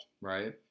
Right